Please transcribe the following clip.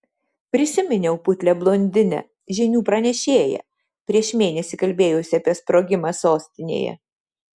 prisiminiau putlią blondinę žinių pranešėją prieš mėnesį kalbėjusią apie sprogimą sostinėje